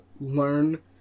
learn